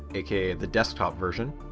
aka the desktop version,